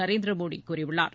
நரேந்திர மோடி கூறியுள்ளார்